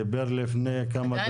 דיבר לפני כמה דקות.